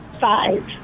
five